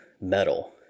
metal